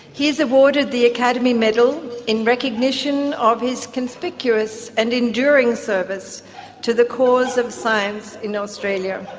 he is awarded the academy medal in recognition of his conspicuous and enduring service to the cause of science in australia.